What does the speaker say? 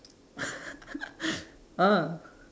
ah